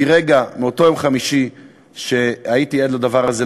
מאותו יום חמישי שהייתי עד לדבר הזה,